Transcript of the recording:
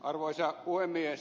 arvoisa puhemies